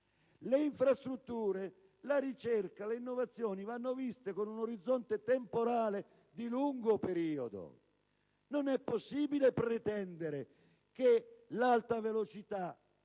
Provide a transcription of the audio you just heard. Le infrastrutture, la ricerca, le innovazioni, vanno viste con un orizzonte temporale di lungo periodo. Non è possibile pretendere che l'Alta velocità